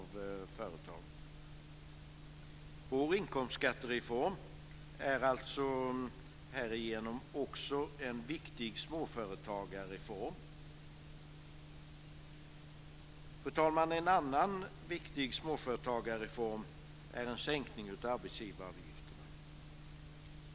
Vår inkomstskattereform är härigenom också en viktig småföretagarreform. Fru talman! En annan viktig småföretagarreform är en sänkning av arbetsgivaravgiften.